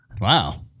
Wow